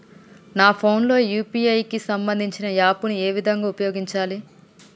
నా ఫోన్ లో యూ.పీ.ఐ కి సంబందించిన యాప్ ను ఏ విధంగా ఉపయోగించాలి?